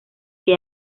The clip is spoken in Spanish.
que